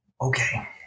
Okay